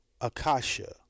Akasha